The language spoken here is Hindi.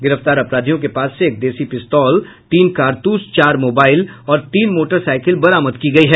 गिरफ्तार अपराधियों के पास से एक देशी पिस्तौल तीन कारतूस चार मोबाइल और तीन मोटरसाईकिल बरामद की गई है